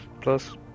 Plus